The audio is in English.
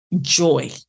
joy